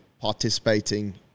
participating